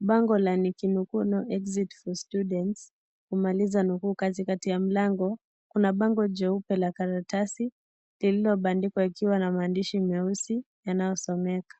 Bango la nikinukuu no exit for students nikimaliza nukuu katikati ya mlango kuna bango jeupe la karatasi lililobandikwa likiwa na maandishi meusi yanayosomeka.